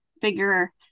figure